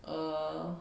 er